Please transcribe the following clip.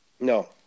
no